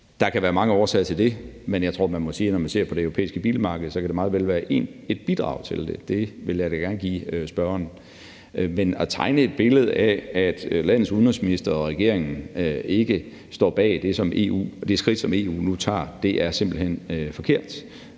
Der kan være mange årsager til det, men jeg tror, man må sige, at når man ser på det europæiske bilmarked, kan det meget vel være et bidrag til det. Det vil jeg da gerne medgive spørgeren. Men at tegne et billede af, at landets udenrigsminister og regeringen ikke står bag det skridt, som EU nu tager, er simpelt hen forkert.